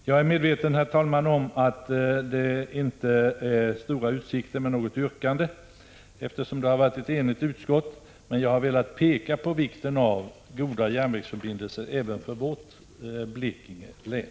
Jag är medveten om att det inte är någon mening med ett yrkande, eftersom utskottet har varit enigt, men jag har velat framhålla vikten av goda järnvägsförbindelser även för Blekinge län.